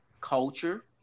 culture